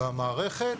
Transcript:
במערכת.